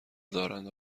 دارند